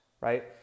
right